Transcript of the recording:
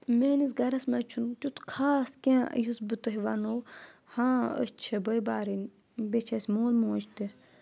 میٲنِس گَرَس منٛز چھُنہٕ تیُتھ خاص کینٛہہ یُس بہٕ تۄہہِ وَنو ہاں أسۍ چھِ بٲے بارٕنۍ بیٚیہِ چھِ اَسہِ مول موج تہِ